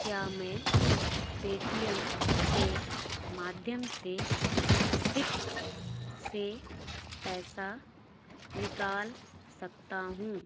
क्या मैं पेटीएम के माध्यम से सिप से पैसा निकाल सकता हूँ